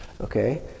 Okay